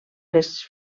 les